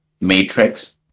Matrix